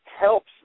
helps